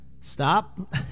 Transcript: stop